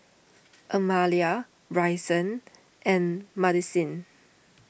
Amalia Bryson and Madisyn